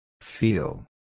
Feel